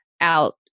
out